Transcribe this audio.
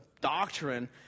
doctrine